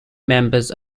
members